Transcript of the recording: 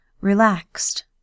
relaxed